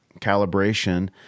calibration